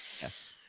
Yes